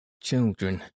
children